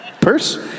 Purse